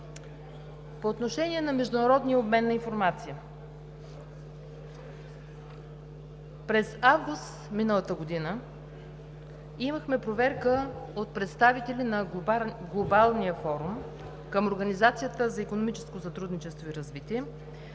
По отношение на международния обмен на информация. През месец август миналата година имахме проверка от представители на глобалния форум към Организацията за икономическо сътрудничество и развитие,